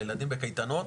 הילדים בקייטנות,